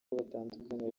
batandukanye